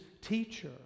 teacher